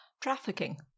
trafficking